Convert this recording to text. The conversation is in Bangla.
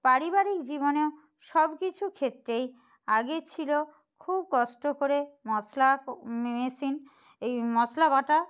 পারিবারিক জীবনেও সব কিছু ক্ষেত্রেই আগে ছিল খুব কষ্ট করে মশলা মেশিন এই মশলা বাটা